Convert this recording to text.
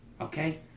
Okay